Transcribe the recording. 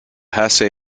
hasse